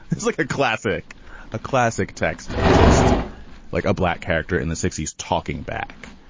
it's like a classic a classic text of just like a black character in the sixty s talking back.